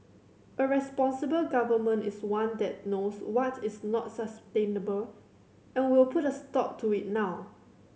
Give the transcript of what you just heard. a responsible Government is one that knows what is not sustainable and will put a stop to it now